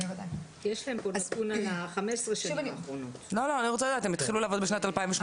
הם התחילו לעבוד בשנת 2018,